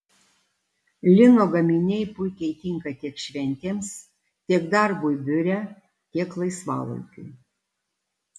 lino gaminiai puikiai tinka tiek šventėms tiek darbui biure tiek laisvalaikiui